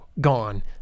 gone